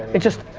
it just,